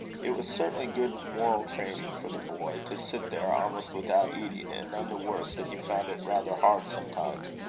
it was certainly good moral training for the boy, to sit there almost without eating and none the worse that he found it rather hard sometimes.